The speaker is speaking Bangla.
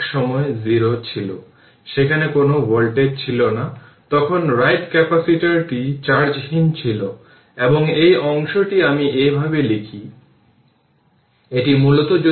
সুতরাং ইকুয়েশন 10 এবং 11 ক্যাপাসিটরের প্লেটের মধ্যে বিদ্যমান ইলেকট্রিক ক্ষেত্রে স্টোরড এনার্জি দেয়